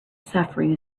suffering